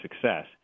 success